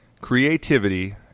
Creativity